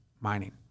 mining